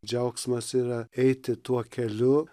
džiaugsmas yra eiti tuo keliu